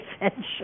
adventure